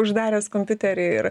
uždaręs kompiuterį ir